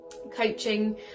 coaching